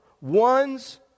one's